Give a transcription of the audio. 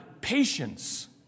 patience